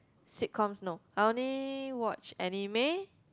sitcoms no I only watch anime